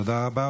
תודה רבה.